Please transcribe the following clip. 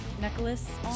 necklace